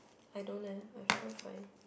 I don't leh I feel fine